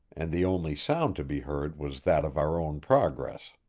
and the only sound to be heard was that of our own progress.